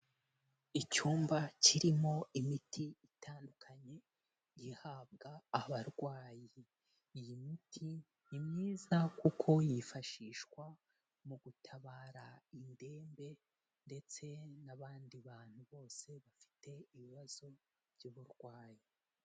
Icyumba kirimo imiti itandukanye, ihabwa abarwayi. Iyi miti ni myiza kuko yifashishwa mu gutabara indembe ndetse n'abandi bantu bose bafite ibibazo by'uburwayi.